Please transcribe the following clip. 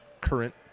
current